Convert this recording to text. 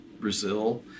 Brazil